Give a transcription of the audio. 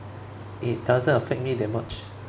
it doesn't affect me that much